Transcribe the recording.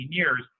years